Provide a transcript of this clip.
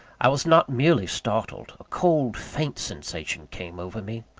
i was not merely startled a cold, faint sensation came over me.